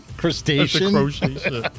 crustacean